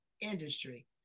industry